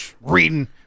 Reading